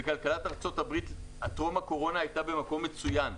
וכלכלת ארצות הברית טרום הקורונה הייתה במקום מצוין.